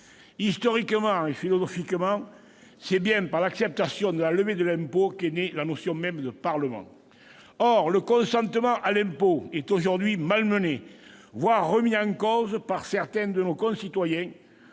Historiquement et philosophiquement, c'est bien par l'acceptation de la levée de l'impôt qu'est née la notion même de Parlement. Or le consentement à l'impôt est aujourd'hui malmené, voire remis en cause, par certains de nos concitoyens,